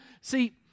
See